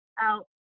out